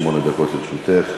שמונה דקות לרשותך.